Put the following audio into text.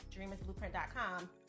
dreamersblueprint.com